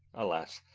alas!